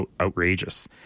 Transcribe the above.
outrageous